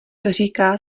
říká